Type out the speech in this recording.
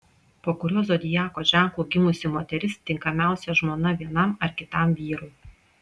po kuriuo zodiako ženklu gimusi moteris tinkamiausia žmona vienam ar kitam vyrui